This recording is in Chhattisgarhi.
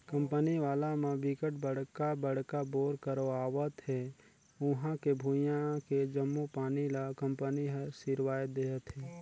कंपनी वाला म बिकट बड़का बड़का बोर करवावत हे उहां के भुइयां के जम्मो पानी ल कंपनी हर सिरवाए देहथे